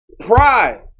Pride